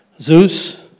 Zeus